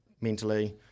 mentally